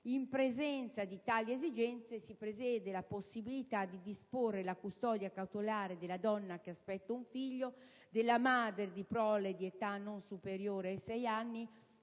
In presenza di tali esigenze si prevede la possibilità di disporre la custodia cautelare della donna che aspetta un figlio o della madre di prole di età non superiore ai sei anni